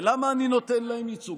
ולמה אני נותן להם ייצוג.